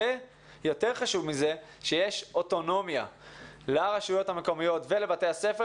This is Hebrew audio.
ויותר חשוב מזה שיש אוטונומיה לרשויות המקומיות ולבתי הספר